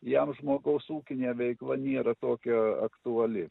jam žmogaus ūkinė veikla nėra tokia aktuali